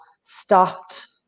stopped